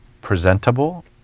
presentable